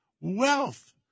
wealth